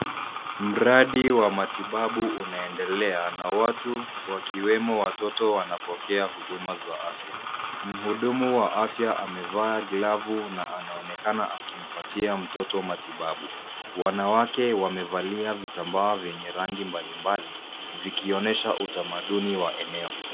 Mradi wa matibabu unaendelea na watu wakiwemo watoto wanapokea huduma za afya. Mhudumu wa afya amevaa glavu na anaonekana akimpatia mtoto matibabu .Wanawake wamevalia vitambaa vyenye rangi mbalimbali vikionyesha utamaduni wa eneo.